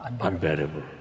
unbearable